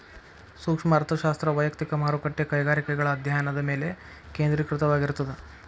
ಸೂಕ್ಷ್ಮ ಅರ್ಥಶಾಸ್ತ್ರ ವಯಕ್ತಿಕ ಮಾರುಕಟ್ಟೆ ಕೈಗಾರಿಕೆಗಳ ಅಧ್ಯಾಯನದ ಮೇಲೆ ಕೇಂದ್ರೇಕೃತವಾಗಿರ್ತದ